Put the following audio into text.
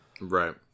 right